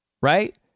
right